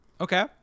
okay